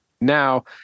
now